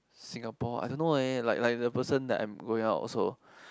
Singapore I don't know eh like like the person that I'm going out also